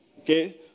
Okay